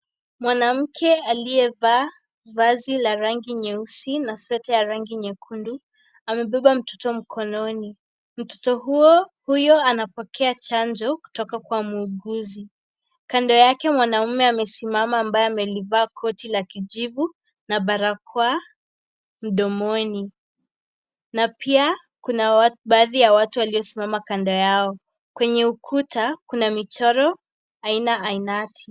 Mwanamke aliyevaa vazi la rangi nyeusi na sweta ya rangi nyekundu ,ameshikilia mtoto mikononi. Mtoto huyo anapokea chanjo kutoka kwa muuguzi. Kando yake , mwanamume amesimama , aliyevaa koti la rangi ya kijivu na barakoa mdomoni na pia, kuna baadhi ya watu waliosimama kando yao . Kando ya ukuta .kuna michoro aina ainati.